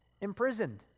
imprisoned